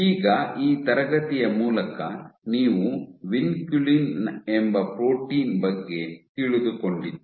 ಈಗ ಈ ತರಗತಿಯ ಮೂಲಕ ನೀವು ವಿನ್ಕುಲಿನ್ ಎಂಬ ಪ್ರೋಟೀನ್ ಬಗ್ಗೆ ತಿಳಿದುಕೊಂಡಿದ್ದೀರಿ